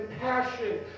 passion